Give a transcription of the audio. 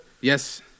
Yes